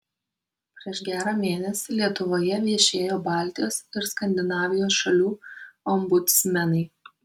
prieš gerą mėnesį lietuvoje viešėjo baltijos ir skandinavijos šalių ombudsmenai